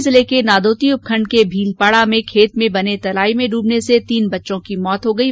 करौली जिले के नादौती उपखंड के भीलपाड़ा में खेत में बने तलाई में डूबने से तीन बच्चों की मौत हो गयी